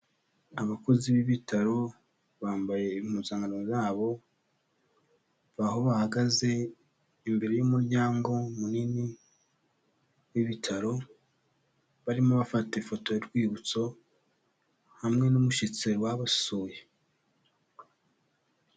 Abakozi b'ibitaro bambaye impuzankano zabo, aho bahagaze imbere y'umuryango munini w'ibitaro, barimo bafata ifoto y'urwibutso hamwe n'umushyitsi wari wabasuye.